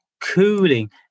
cooling